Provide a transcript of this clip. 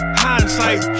hindsight